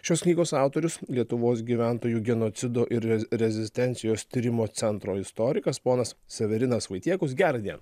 šios knygos autorius lietuvos gyventojų genocido ir re rezistencijos tyrimo centro istorikas ponas severinas vaitiekus gera diena